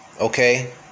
okay